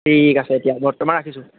ঠিক আছে এতিয়া বৰ্তমান ৰাখিছোঁ